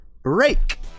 break